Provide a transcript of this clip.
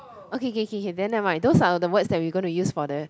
okay K K K then never mind those are the words that we gonna use for the